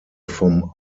vom